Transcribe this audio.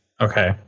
Okay